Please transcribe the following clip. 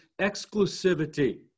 exclusivity